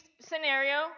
scenario